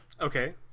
Okay